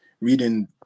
reading